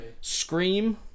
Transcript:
Scream